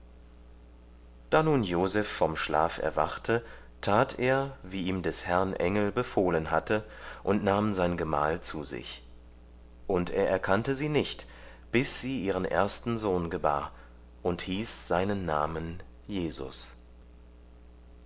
da nun joseph vom schlaf erwachte tat er wie ihm des herrn engel befohlen hatte und nahm sein gemahl zu sich und er erkannte sie nicht bis sie ihren ersten sohn gebar und hieß seinen namen jesus